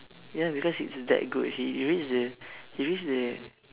ya because it's that good he he reads the he reads the